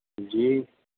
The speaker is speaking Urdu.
جی